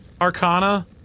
Arcana